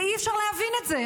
אי-אפשר להבין את זה.